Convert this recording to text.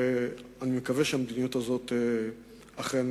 ואני מקווה שהמדיניות הזאת תימשך.